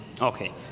okay